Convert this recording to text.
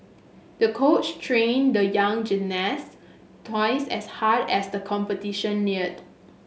the coach trained the young gymnast twice as hard as the competition neared